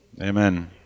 Amen